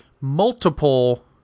multiple